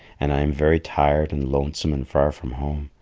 and i am very tired and lonesome and far from home,